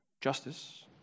justice